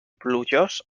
plujós